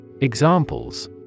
Examples